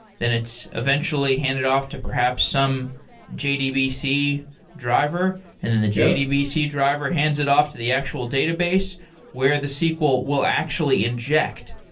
then it's eventually handed off to perhaps some jdbc driver, and then the jdbc driver hands it off to the actual database where the sql will actually inject.